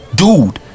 dude